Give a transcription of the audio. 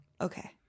Okay